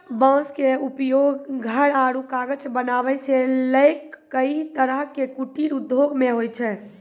बांस के उपयोग घर आरो कागज बनावै सॅ लैक कई तरह के कुटीर उद्योग मॅ होय छै